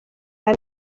ane